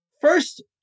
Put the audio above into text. First